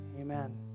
Amen